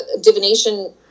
divination